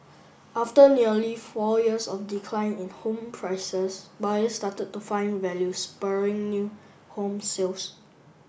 after nearly four years of decline in home prices buyers started to find value spurring new home sales